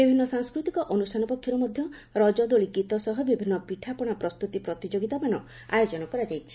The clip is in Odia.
ବିଭିନ୍ନ ସାଂସ୍କୃତିକ ଅନୁଷାନ ପକ୍ଷରୁ ମଧ୍ଧ ରଜଦୋଳି ଗୀତ ସହ ବିଭିନ୍ନ ପିଠାପଣା ପ୍ରସ୍ତୁତି ପ୍ରତିଯୋଗିତାମାନ ଆୟୋଜନ କରାଯାଇଛି